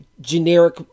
generic